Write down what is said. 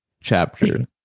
chapter